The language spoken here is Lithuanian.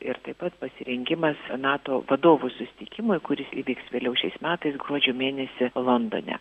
ir taip pat pasirengimas nato vadovų susitikimui kuris įvyks vėliau šiais metais gruodžio mėnesį londone